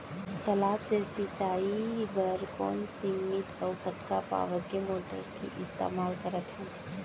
तालाब से सिंचाई बर कोन सीमित अऊ कतका पावर के मोटर के इस्तेमाल करथन?